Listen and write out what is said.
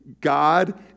God